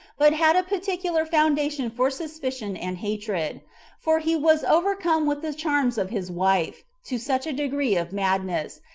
but had a particular foundation for suspicion and hatred for he was overcome with the charms of his wife, to such a degree of madness,